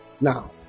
Now